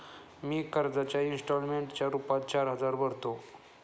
मी कर्जाच्या इंस्टॉलमेंटच्या रूपात चार हजार रुपये भरतो